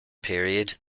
period